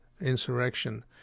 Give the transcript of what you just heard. insurrection